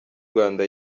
rwanda